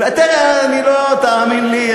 תאמין לי,